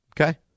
Okay